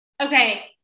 Okay